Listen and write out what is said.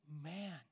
man